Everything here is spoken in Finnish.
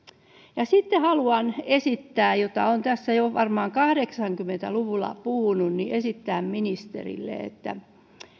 sitten haluan esittää olen tästä varmaan jo kahdeksankymmentä luvulla puhunut ministerille että